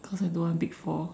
cause I don't want big four